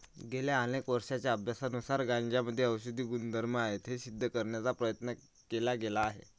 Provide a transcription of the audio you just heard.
गेल्या अनेक वर्षांच्या अभ्यासानुसार गांजामध्ये औषधी गुणधर्म आहेत हे सिद्ध करण्याचा प्रयत्न केला गेला आहे